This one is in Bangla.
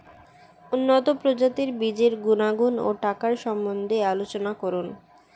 উন্নত প্রজাতির বীজের গুণাগুণ ও টাকার সম্বন্ধে আলোচনা করুন